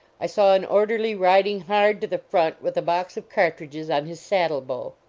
i saw an orderly riding hard to the front with a box of cartridges on his saddle-bow.